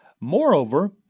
Moreover